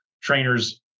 trainers